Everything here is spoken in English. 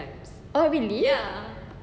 oh really